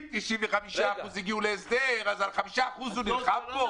אם 95% הגיעו להסדר אז על 5% הוא נלחם פה?